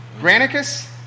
Granicus